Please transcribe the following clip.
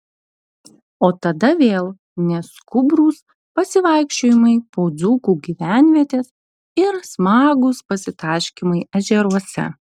o tada vėl neskubrūs pasivaikščiojimai po dzūkų gyvenvietes ir smagūs pasitaškymai ežeruose